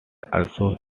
also